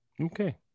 Okay